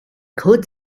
could